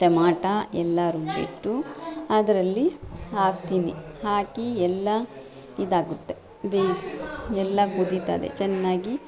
tomato ಎಲ್ಲ ರುಬಿಟ್ಟು ಅದರಲ್ಲಿ ಹಾಕ್ತೀನಿ ಹಾಕಿ ಎಲ್ಲ ಇದಾಗುತ್ತೆ ಬೇಯಿಸಿ ಎಲ್ಲ ಕುದಿತದೆ ಚೆನ್ನಾಗಿ